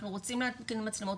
אנחנו רוצים להתקין מצלמות,